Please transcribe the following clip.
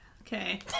Okay